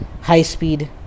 high-speed